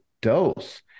dose